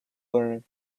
learn